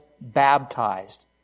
baptized